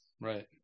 Right